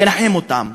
לנחם אותם.